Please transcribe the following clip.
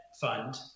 fund